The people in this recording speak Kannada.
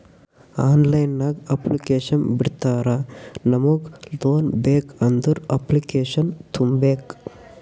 ಆನ್ಲೈನ್ ನಾಗ್ ಅಪ್ಲಿಕೇಶನ್ ಬಿಡ್ತಾರಾ ನಮುಗ್ ಲೋನ್ ಬೇಕ್ ಅಂದುರ್ ಅಪ್ಲಿಕೇಶನ್ ತುಂಬೇಕ್